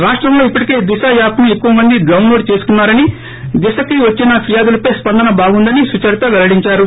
రాష్టంలో ఇప్పటికే దిశ్ యాప్ ను ఎక్కువమంది డౌన్లోడ్ చేసుకుంటున్నారని దిశకి ్వచ్చిన ఫిర్యాదులపై స్పందన ్బాగుందని సుచరిత పెల్లడించారు